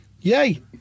Yay